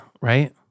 right